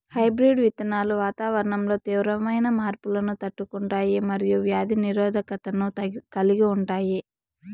hybrid విత్తనాలు వాతావరణంలో తీవ్రమైన మార్పులను తట్టుకుంటాయి మరియు వ్యాధి నిరోధకతను కలిగి ఉంటాయి